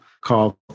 called